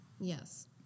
yes